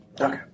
Okay